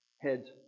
heads